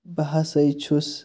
بہٕ ہَسا چھُس